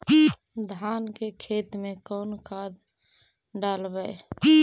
धान के खेत में कौन खाद डालबै?